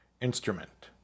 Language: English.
instrument